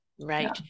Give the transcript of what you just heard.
Right